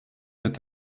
mit